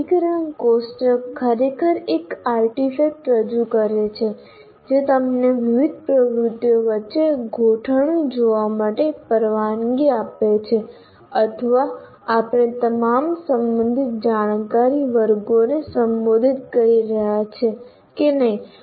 વર્ગીકરણ કોષ્ટક ખરેખર એક આર્ટિફેક્ટ રજૂ કરે છે જે તમને વિવિધ પ્રવૃત્તિઓ વચ્ચે ગોઠવણી જોવા માટે પરવાનગી આપે છે અથવા આપણે તમામ સંબંધિત જાણકારી વર્ગોને સંબોધિત કરી રહ્યા છીએ કે નહીં